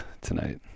tonight